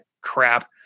crap